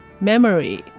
memory